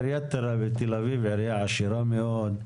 עיריית תל אביב היא עירייה עשירה מאוד,